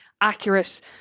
accurate